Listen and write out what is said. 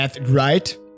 Right